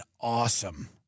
awesome